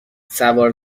سوار